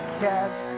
catch